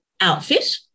outfit